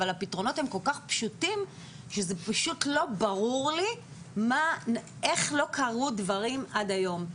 אבל הפתרונות הם כל כך פשוטים שזה לא ברור לי איך לא קרו דברים עד היום.